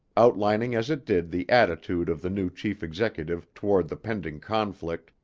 outlining as it did the attitude of the new chief executive toward the pending conflict,